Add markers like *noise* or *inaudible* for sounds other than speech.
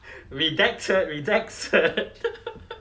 rejected rejected *laughs*